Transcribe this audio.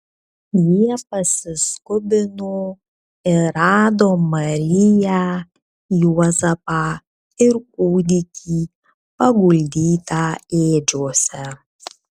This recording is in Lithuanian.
jie pasiskubino ir rado mariją juozapą ir kūdikį paguldytą ėdžiose